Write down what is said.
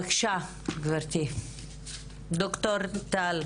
בבקשה, ד"ר טל ברגמן.